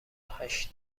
هشت